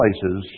places